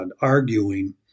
arguing